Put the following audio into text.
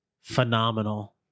Phenomenal